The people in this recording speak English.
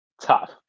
tough